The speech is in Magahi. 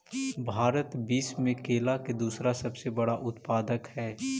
भारत विश्व में केला के दूसरा सबसे बड़ा उत्पादक हई